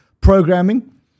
programming